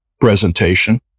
presentation